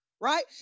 right